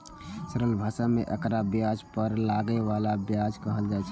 सरल भाषा मे एकरा ब्याज पर लागै बला ब्याज कहल छै